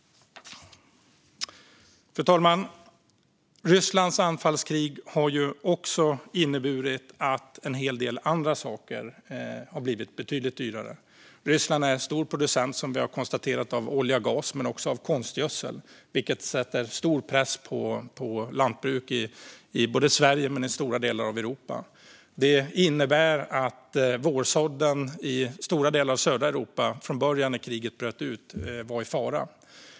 Fru talman! Rysslands anfallskrig har också inneburit att en hel del andra saker har blivit betydligt dyrare. Ryssland är, som vi har konstaterat, en stor producent av olja och gas men också av konstgödsel, vilket sätter stor press på lantbruk både i Sverige och i stora delar av Europa. Det innebär att vårsådden i stora delar av södra Europa var i fara från början när kriget bröt ut.